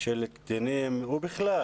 של קטינים ובכלל,